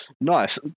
Nice